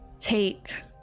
take